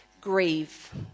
grieve